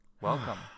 welcome